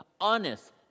Honest